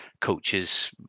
coaches